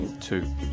Two